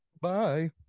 bye